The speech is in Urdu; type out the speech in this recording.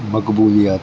مقبولیات